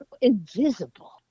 Invisible